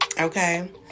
okay